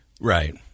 Right